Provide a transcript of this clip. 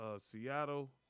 Seattle